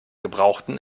gebrauchten